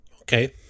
Okay